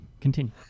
continue